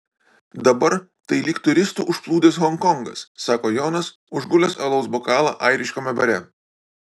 dabar tai lyg turistų užplūdęs honkongas sako jonas užgulęs alaus bokalą airiškame bare